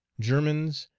germans,